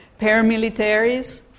paramilitaries